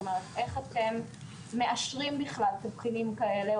איך אתם מאשרים בכלל תבחינים כאלה?